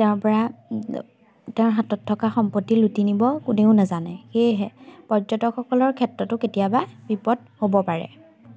তেওঁৰপৰা তেওঁৰ হাতত থকা সম্পত্তি লুটি নিব কোনেও নাজানে সেয়েহে পৰ্যটকসকলৰ ক্ষেত্ৰতো কেতিয়াবা বিপদ হ'ব পাৰে